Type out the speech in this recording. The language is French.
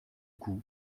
coût